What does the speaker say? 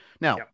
Now